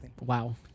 Wow